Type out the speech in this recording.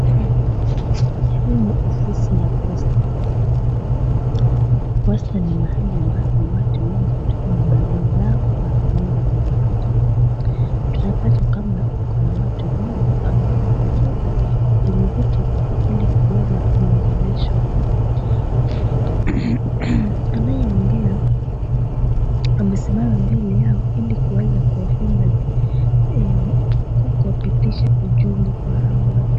Hii ni ofisi ya posta. Posta ni mahali ambapo watu wengi hutuma barua zao na kuweza kuzipata. Tunapata kwamba kuna watu wengi ambao wameketi kwenye viti ili kuweza kuongeleshwa. Anayeongea amesimama mbele yao ili kuweza kuwafunza kupitisha ujumbe kwa hawa watu.